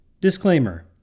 Disclaimer